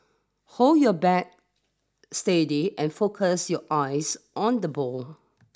hold your bat steady and focus your eyes on the ball